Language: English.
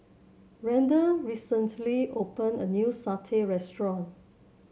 Randle recently opened a new satay restaurant